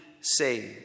saved